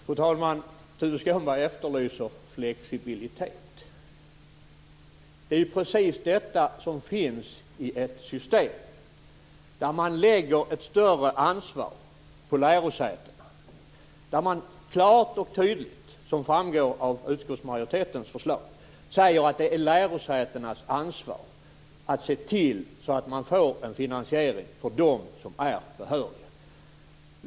Fru talman! Tuve Skånberg efterlyser flexibilitet. Det är precis det som finns i ett system där man lägger ett större ansvar på lärosätena. Detta är ett system där man klart och tydligt, vilket framgår av utskottsmajoritetens förslag, säger att det är lärosätenas ansvar att se till att man får en finansiering för dem som är behöriga.